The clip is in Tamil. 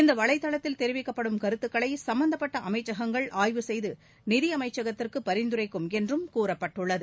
இந்த வலைதளத்தில் தெரிவிக்கப்படும் கருத்துக்களை சம்பந்தப்பட்ட அமைச்சகங்கள் ஆய்வு செய்து நிதியமைச்சகத்திற்கு பரிந்துரைக்கும் என்றும் கூறப்பட்டுள்ளது